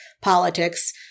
politics